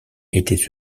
étaient